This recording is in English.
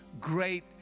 great